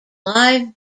live